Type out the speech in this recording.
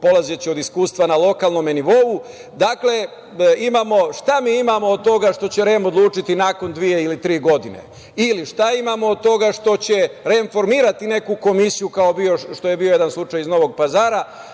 polazeći od iskustva na lokalnom nivou. Dakle, šta mi imamo od toga što će REM odlučiti nakon dve ili tri godine ili šta imamo od toga što će REM formirati neku komisiju, kao što je bio jedan slučaj iz Novog Pazara,